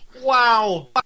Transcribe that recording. Wow